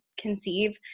conceive